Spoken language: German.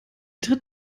tritt